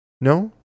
No